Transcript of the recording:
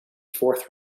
fourth